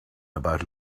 about